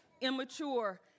immature